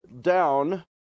down